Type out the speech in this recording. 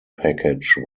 package